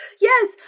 Yes